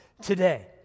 today